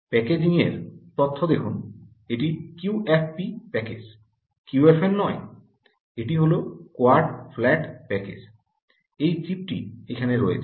প্যাকেজিংয়ের তথ্য দেখুন এটি কিউএফপি প্যাকেজ কিউএফএন নয় এটি হল কোয়াড ফ্ল্যাট প্যাকেজ এই চিপটি এখানে রয়েছে